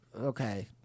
Okay